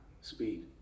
Speed